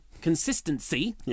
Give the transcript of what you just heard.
Consistency